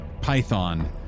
python